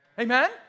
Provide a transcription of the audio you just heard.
Amen